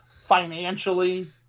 financially